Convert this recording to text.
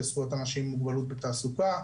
לזכויות אנשים עם מוגבלות בתעסוקה.